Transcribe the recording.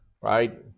Right